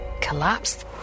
collapsed